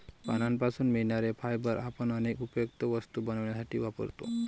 पानांपासून मिळणारे फायबर आपण अनेक उपयुक्त वस्तू बनवण्यासाठी वापरतो